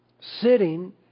sitting